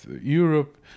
Europe